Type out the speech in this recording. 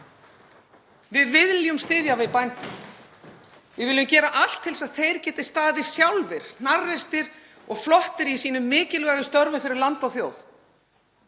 Við viljum styðja við bændur. Við viljum gera allt til þess að þeir geti staðið sjálfir hnarreistir og flottir í sínum mikilvægu störfum fyrir land og þjóð